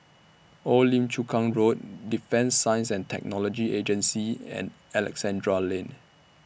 Old Lim Chu Kang Road Defence Science and Technology Agency and Alexandra Lane